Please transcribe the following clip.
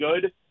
good